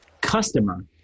customer